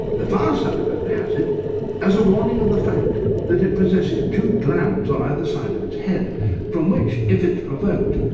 the fire salamander has it as a warning of the fact that it possesses two glands on either side of its head from which, if it's provoked,